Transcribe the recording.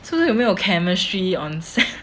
是不是有没有 chemistry on set